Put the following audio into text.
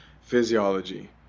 physiology